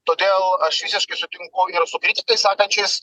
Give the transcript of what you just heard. todėl aš visiškai sutinku su kritikais sakančiais